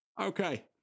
Okay